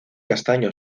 castaño